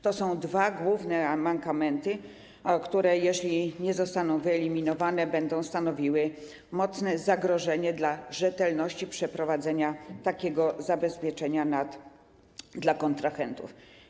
To są dwa główne mankamenty, które, jeśli nie zostaną wyeliminowane, będą stanowiły mocne zagrożenie dla rzetelności przeprowadzenia takiego zabezpieczenia dla kontrahentów.